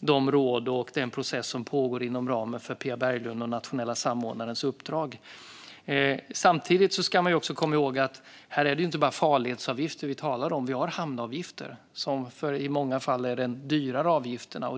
de råd och den process som pågår inom ramen för nationella samordnaren Pia Berglunds uppdrag. Samtidigt ska vi komma ihåg att vi inte bara talar om farledsavgifter. Det finns hamnavgifter, och de är i många fall den dyrare avgiften.